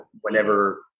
whenever